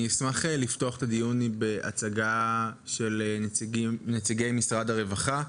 אני אשמח לפתוח את הדיון בהצגה של נציגי משרד הרווחה.